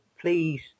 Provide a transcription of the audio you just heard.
please